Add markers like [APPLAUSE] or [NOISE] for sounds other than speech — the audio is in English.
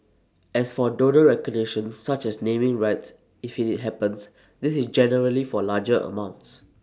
[NOISE] as for donor recognition such as naming rights if IT happens this is generally for larger amounts